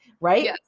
Right